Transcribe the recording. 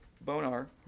Bonar